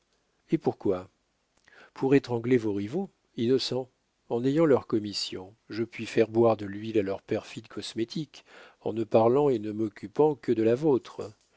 et pourquoi pour étrangler vos rivaux innocent en ayant leurs commissions je puis faire boire de l'huile à leurs perfides cosmétiques en ne parlant et ne m'occupant que de la vôtre